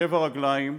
שבע רגליים,